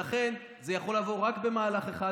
ולכן זה יכול לבוא רק במהלך אחד,